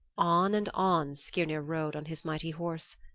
on and on skirnir rode on his mighty horse.